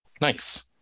Nice